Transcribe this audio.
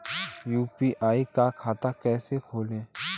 UPI का खाता कैसे खोलें?